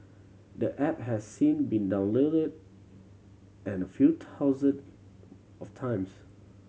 the app has since been downloaded and a few thousand of times